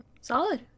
Solid